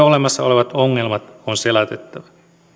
olemassa olevat ongelmat on selätettävä